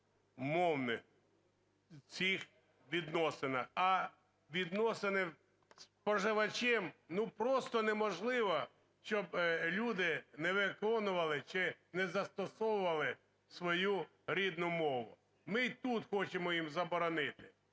в цих відносинах. А відносини із споживачем, ну, просто неможливо, щоб люди не виконували чи не застосовували свою рідну мову. Ми і тут хочемо їм заборонити.